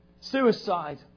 Suicide